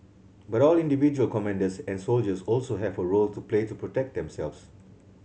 but all individual commanders and soldiers also have a role to play to protect themselves